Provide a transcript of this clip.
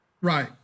Right